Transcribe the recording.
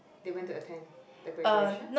they went to attend the graduation